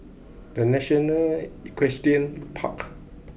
the National Equestrian Park